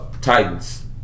Titans